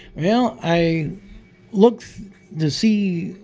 well, i looked to see,